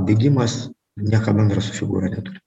bėgimas nieko bendra su figūra neturi